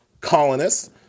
colonists